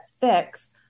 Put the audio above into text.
fix